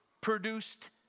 produced